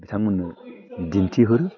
बिथां मोननो दिन्थिहरो